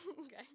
Okay